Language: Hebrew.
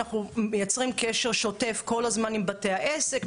אנחנו יוצרים קשר שוטף כל הזמן עם בתי העסק,